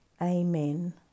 Amen